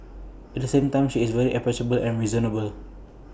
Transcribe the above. at the same time she is very approachable and reasonable